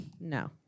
no